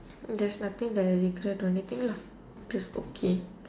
there's nothing that I regret or anything lah just okay